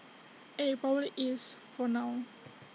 and IT probably is for now